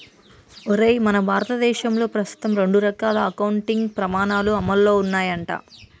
ఒరేయ్ మన భారతదేశంలో ప్రస్తుతం రెండు రకాల అకౌంటింగ్ పమాణాలు అమల్లో ఉన్నాయంట